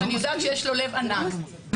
שאני יודעת שיש לך לב ענק ויכולת,